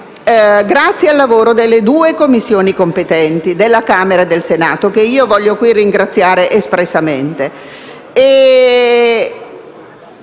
grazie al lavoro delle due Commissioni competenti di Camera e Senato, che voglio qui ringraziare espressamente.